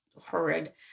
horrid